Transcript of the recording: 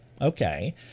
Okay